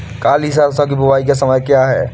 काली सरसो की बुवाई का समय क्या होता है?